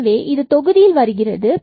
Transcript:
எனவே இது தொகுதியில் வருகிறது